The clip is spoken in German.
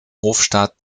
hofstaat